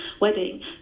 wedding